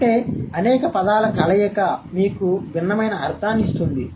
అంటే అనేక పదాల కలయిక మీకు భిన్నమైన అర్థాన్ని ఇస్తుంది